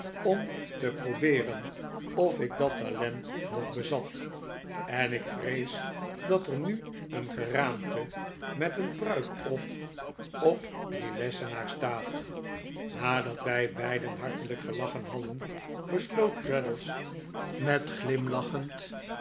om te probeeren of ik dat talent nog bezat en ik vrees dat er nu een geraamte met een pruik op op die lessenaar staat nadat wij beiden hartelijk gelachen hadden besloot traddles met glimlachend